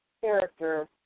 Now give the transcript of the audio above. character